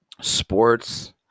sports